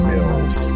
Mills